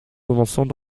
commençant